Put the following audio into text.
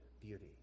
beauty